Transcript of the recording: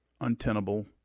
untenable